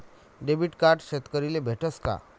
Debit card शेतकरीले भेटस का?